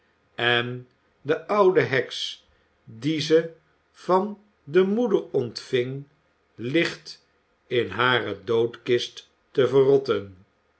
en de oude heks die ze van de moeder ontving ligt in hare doodkist te verrotten